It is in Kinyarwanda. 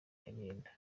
akagenda